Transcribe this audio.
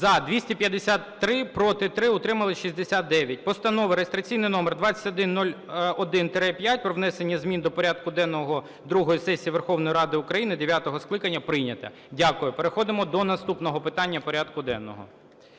За-253 Проти – 3, утримались – 69. Постанова (реєстраційний номер 2101-5) про внесення змін до порядку денного другої сесії Верховної Ради України дев'ятого скликання прийнята. Дякую. Переходимо до наступного питання порядку денного.